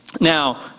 Now